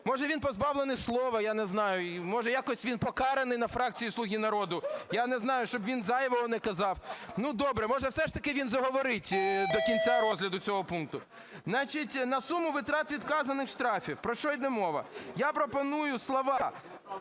Може, він позбавлений слова, я не знаю, може, якось він покараний на фракції "Слуга народу", я не знаю, щоб він зайвого не казав. Ну добре, може, все ж таки він заговорить до кінця розгляду цього пункту. На суму витрат від вказаних штрафів. Про що йде мова? Я пропоную слова